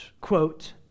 quote